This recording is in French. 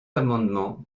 amendement